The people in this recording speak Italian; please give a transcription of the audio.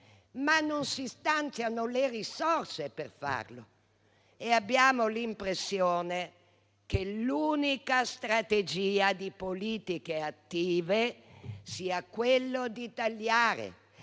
ma non si stanziano le risorse per farli. Abbiamo l'impressione che l'unica strategia di politiche attive sia quella di tagliare